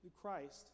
Christ